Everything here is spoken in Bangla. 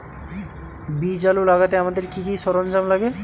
বীজ আলু লাগাতে আমাদের কি কি সরঞ্জাম লাগে?